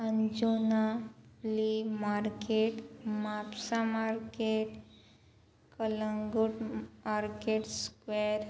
Anjuna flea market Mapusa market Calangute market square